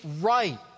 right